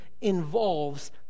involves